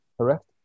correct